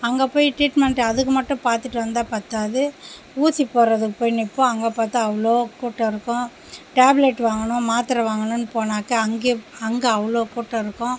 அங்கே போயி ட்ரீட்மண்ட் அதுக்கு மட்டும் பார்த்துட்டு வந்தால் பற்றாது ஊசி போடுகிறதுக்கு போய் நிற்போம் அங்கே பார்த்தா அவ்வளோ கூட்டம் இருக்கும் டேப்லட் வாங்கணும் மாத்தரை வாங்கணும்னு போனாக்க அங்கே அங்கே அவ்வளோ கூட்டம் இருக்கும்